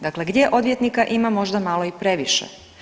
Dakle, gdje odvjetnika ima možda malo i previše.